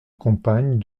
campagne